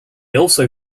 also